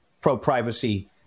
pro-privacy